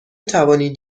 توانید